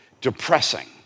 depressing